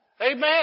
Amen